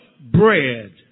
Bread